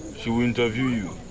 she will interview you.